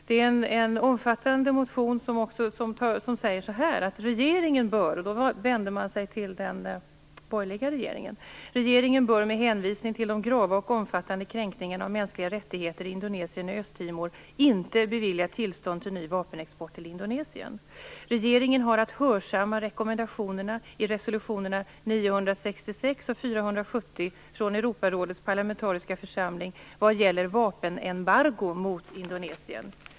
Det är en omfattande motion där det bl.a. sägs: Regeringen bör - man vänder sig då till den dåvarande borgerliga regeringen - med hänvisning till de grava och omfattande kränkningarna av mänskliga rättigheter i Indonesien och Östtimor inte bevilja tillstånd till ny vapenexport till Indonesien. Regeringen har att hörsamma rekommendationerna i resolutionerna 966 och 470 från Europarådets parlamentariska församling vad gäller vapenembargo mot Indonesien.